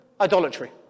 Idolatry